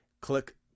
click